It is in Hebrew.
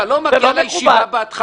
אתה לא הגעת לישיבה בהתחלה -- זה